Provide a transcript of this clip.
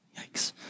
yikes